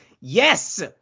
Yes